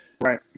Right